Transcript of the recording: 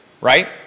right